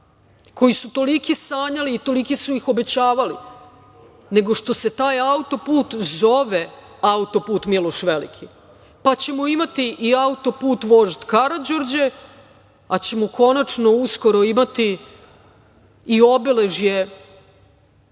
koji su toliki sanjali i toliki su ih obećavali, nego što se taj auto-put zove auto-put „Miloš Veliki“. Pa ćemo imati i auto-put vožd Karađorđe, pa ćemo uskoro imati i obeležje